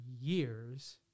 years